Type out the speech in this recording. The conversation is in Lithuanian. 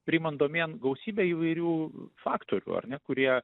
priimant domėn gausybę įvairių faktorių ar ne kurie